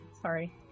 Sorry